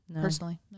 personally